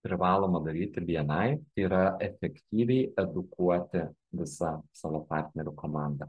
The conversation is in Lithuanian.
privaloma daryti bni tai yra efektyviai edukuoti visą savo partnerių komandą